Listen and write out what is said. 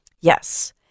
Yes